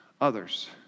others